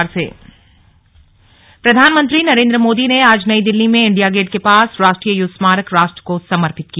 slug war memorial प्रधानमंत्री नरेन्द्र मोदी ने आज नई दिल्ली में इंडिया गेट के पास राष्ट्रीय युद्ध स्मारक राष्ट्र को समर्पित किया